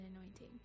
anointing